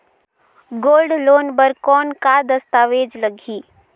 Gold loan बर कौन का दस्तावेज लगही?